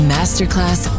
Masterclass